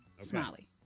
Smiley